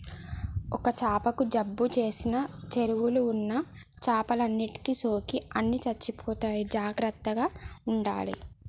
ఒక్క చాపకు జబ్బు చేసిన చెరువుల ఉన్న చేపలన్నిటికి సోకి అన్ని చచ్చిపోతాయి జాగ్రత్తగ ఉండాలే